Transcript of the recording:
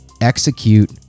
execute